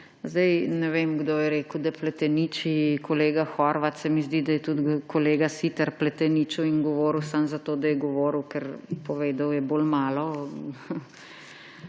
Ne vem, kdo je rekel, da pleteniči kolega Horvat. Se mi zdi, da je tudi kolega Siter pleteničil in govoril samo zato, da je govoril, ker povedal je bolj malo.